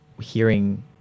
hearing